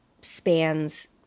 spans